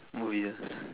movies ah